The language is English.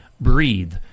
Breathe